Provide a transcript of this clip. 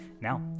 Now